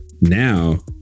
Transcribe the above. now